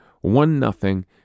One-nothing